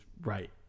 right